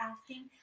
asking